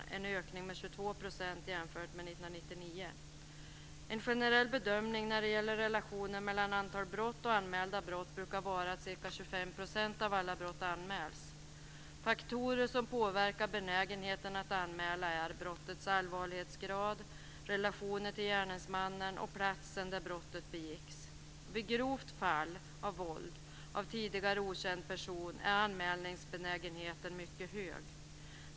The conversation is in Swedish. Det var en ökning med 22 % En generell bedömning när det gäller relationer mellan antal brott och anmälda brott brukar vara att ca 25 % av alla brott anmäls. Faktorer som påverkar benägenheten att anmäla är brottets allvarlighetsgrad, relationer till gärningsmannen och platsen där brottet begicks. Vid grovt fall av våld av tidigare okänd person är anmälningsbenägenheten mycket hög.